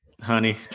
honey